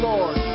Lord